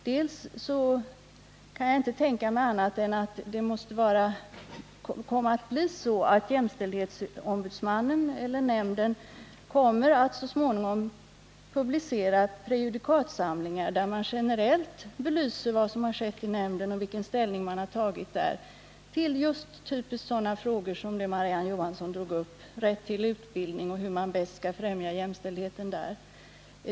Vidare kan jag inte tänka mig annat än att jämställdhetsombudsmannen eller jämställdhetsnämnden så småningom kommer att publicera prejudikatsamlingar som belyser vad som generellt har skett i nämnden och vilken ställning den har tagit till just sådana frågor som Marie-Ann Johansson drog upp—t.ex. rätten till utbildning och hur man bäst skall främja jämställdheten där.